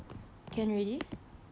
can already